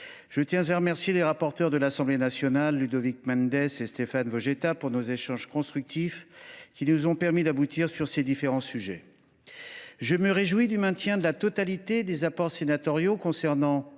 Je tiens à remercier le rapporteur pour l’Assemblée nationale, Ludovic Mendes, ainsi que Stéphane Vojetta, rapporteur pour avis, de nos échanges constructifs qui nous ont permis d’aboutir sur ces différents sujets. Je me réjouis du maintien de la totalité des apports sénatoriaux à